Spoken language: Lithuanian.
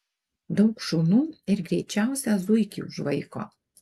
daug šunų ir greičiausią zuikį užvaiko